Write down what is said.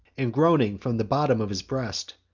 and, groaning from the bottom of his breast,